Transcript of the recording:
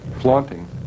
flaunting